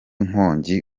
nkongi